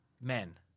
men